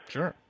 Sure